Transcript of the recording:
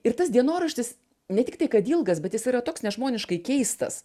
ir tas dienoraštis ne tiktai kad ilgas bet jis yra toks nežmoniškai keistas